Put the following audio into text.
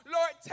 Lord